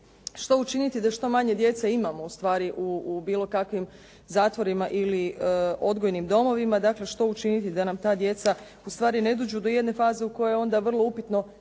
što učiniti da što manje djece imamo ustvari u bilo kakvim zatvorima ili odgojnim domovima, dakle što učiniti da nam ta djeca ustvari ne dođu do jedne faze u kojoj je onda vrlo upitno